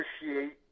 appreciate